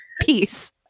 Peace